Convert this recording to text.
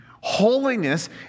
Holiness